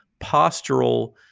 postural